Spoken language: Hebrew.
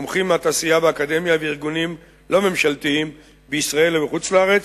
מומחים מהתעשייה ומהאקדמיה וארגונים לא ממשלתיים בישראל ובחוץ-לארץ,